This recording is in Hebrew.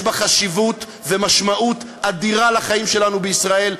יש בה חשיבות ומשמעות אדירה לחיים שלנו בישראל,